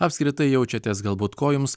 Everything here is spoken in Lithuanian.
apskritai jaučiatės galbūt ko jums